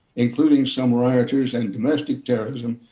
including some rioters and domestic terrorism,